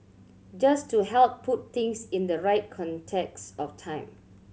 just to help put things in the right context of time